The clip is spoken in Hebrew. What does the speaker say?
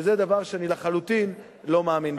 שזה דבר שאני לחלוטין לא מאמין בו.